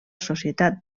societat